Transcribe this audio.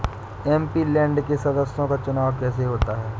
MP land के सदस्यों का चुनाव कैसे होता है?